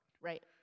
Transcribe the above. Right